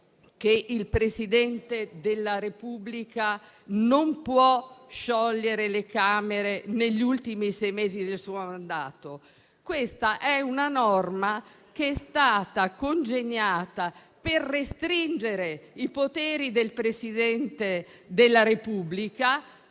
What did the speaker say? che il Presidente della Repubblica non può sciogliere le Camere negli ultimi sei mesi del suo mandato. Questa è una norma che è stata congegnata per restringere i poteri del Presidente della Repubblica